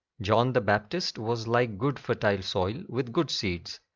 john the baptist, was like good fertile soil with good seeds,